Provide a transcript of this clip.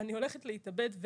ואני הולכת להתאבד.